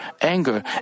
anger